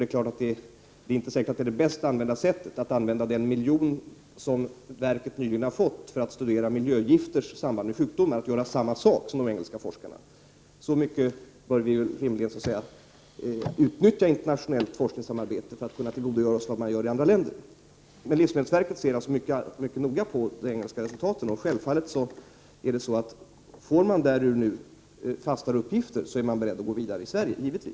Det är inte säkert att det är bästa sättet att använda den miljon som verket nyligen har fått för att studera miljögifter i samband med sjukdom att göra samma sak som de engelska forskarna. Så mycket bör vi väl rimligen utnyttja internationellt forskningssamarbete och tillgodogöra oss vad man kommer fram till i andra länder. Livsmedelsverket ser alltså mycket noga på de engelska resultaten, och självfallet är man, om det där framkommer fastare uppgifter, beredd att gå vidare i Sverige.